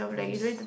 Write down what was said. yes